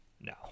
no